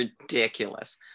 ridiculous